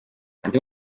andi